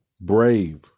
brave